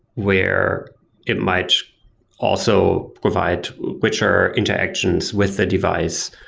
where it might also provide richer interactions with a device.